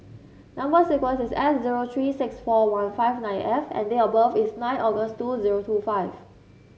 number sequence is S zero three six four one five nine F and date of birth is nine August two zero two five